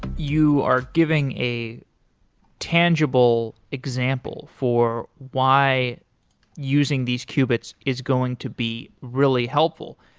you are giving a tangible example for why using these qubits is going to be really helpful.